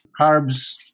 Carbs